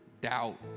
Doubt